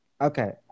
Okay